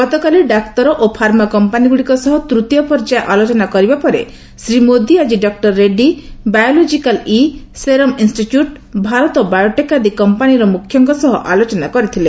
ଗତକାଲି ଡାକ୍ତର ଓ ଫାର୍ମା କମ୍ପାନୀଗୁଡ଼ିକ ସହ ତୃତୀୟ ପର୍ଯ୍ୟାୟ ଆଲୋଚନା କରିବା ପରେ ଶ୍ରୀ ମୋଦୀ ଆଜି doctor Reddy's biological E serum institute Bharat biotech ଆଦି କମ୍ପାନୀର ମୁଖ୍ୟଙ୍କ ସହ ଆଲୋଚନା କରିଥିଲେ